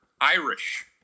Irish